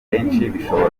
bishobora